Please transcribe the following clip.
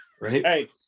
right